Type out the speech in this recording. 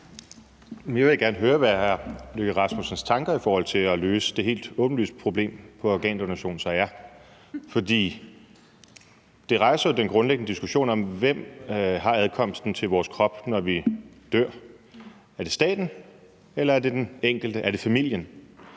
Jeg vil gerne høre, hvad hr. Lars Løkke Rasmussens tanker så er i forhold til at løse det helt åbenlyse problem med organdonation. For det rejser jo den grundlæggende diskussion om, hvem der har adkomsten til vores krop, når vi dør. Er det staten? Eller er det den enkelte? Er det familien?